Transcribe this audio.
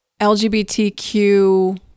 LGBTQ